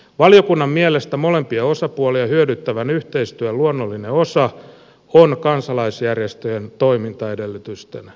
valiokunnan mielestä molempia osapuolia hyödyttävän yhteistyön luonnollinen osa on kansalaisjärjestöjen toimintaedellytysten turvaaminen